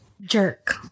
jerk